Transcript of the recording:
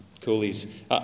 Coolies